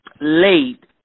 late